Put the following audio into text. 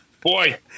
boy